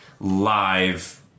live